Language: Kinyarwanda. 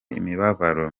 imibabaro